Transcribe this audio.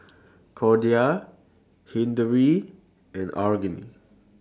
Corda Hilary and Aggie